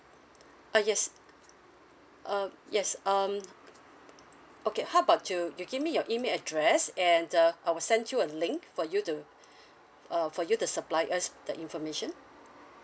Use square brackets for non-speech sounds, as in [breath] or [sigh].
[breath] uh yes uh yes um okay how about you you give me your email address and uh I will send you a link for you to [breath] uh for you to supply us the information